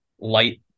light